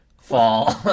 fall